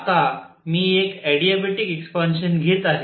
आता मी एक एडिएबॅटिक एक्सपान्शन घेत आहे